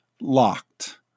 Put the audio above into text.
locked